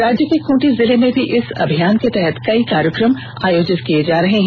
राज्य के खुंटी जिले में भी इस अभियान के तहत कई कार्यक्रम आयोजित किये जा रहे हैं